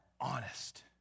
honest